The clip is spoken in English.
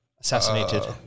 assassinated